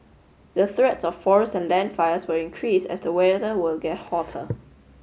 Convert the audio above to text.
the threats of forest and land fires will increase as the weather will get hotter